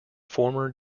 former